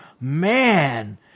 Man